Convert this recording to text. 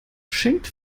schenkt